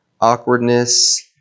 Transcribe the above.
awkwardness